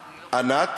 ענת?